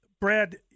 Brad